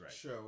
show